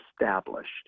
established